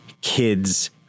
kids